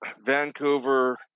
vancouver